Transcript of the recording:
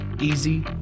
easy